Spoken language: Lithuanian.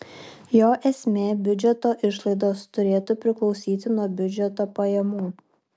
jo esmė biudžeto išlaidos turėtų priklausyti nuo biudžeto pajamų